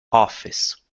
office